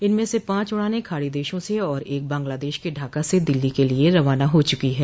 इनमें से पांच उड़ानें खाड़ी देशों से और एक बांग्लादेश के ढाका से दिल्ली के लिए रवाना हो चुकी है